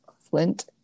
Flint